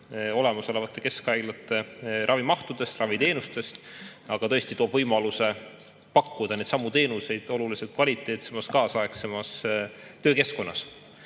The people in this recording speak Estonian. olemasolevate keskhaiglate ravimahtudest, raviteenustest, aga tõesti toob võimaluse pakkuda samu teenuseid oluliselt kvaliteetsemas ja kaasaegsemas töökeskkonnas.